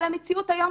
אבל המציאות היום,